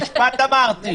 משפט אמרתי.